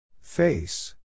Face